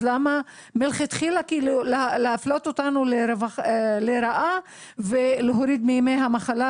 למה מלכתחילה להפלות אותנו לרעה ולהוריד מימי המחלה